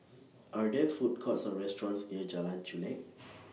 Are There Food Courts Or restaurants near Jalan Chulek